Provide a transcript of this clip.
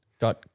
got